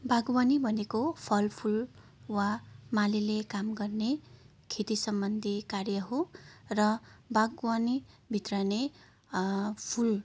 बागावानी भनेको फलफुल वा मालीले काम गर्ने खेती सम्बन्धी कार्य हो र बागवानीभित्र नै फुल